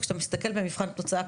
וכשאתה מסתכל במבחן התוצאה,